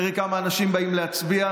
תראה כמה אנשים באים להצביע.